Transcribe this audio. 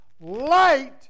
light